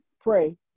pray